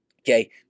Okay